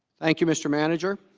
thank you mr. manager